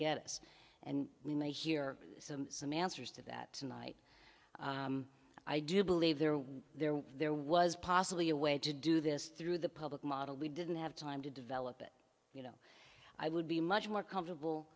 get us and we may hear some answers to that night i do believe there was there there was possibly a way to do this through the public model we didn't have time to develop it you know i would be much more comfortable